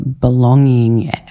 belonging